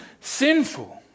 sinful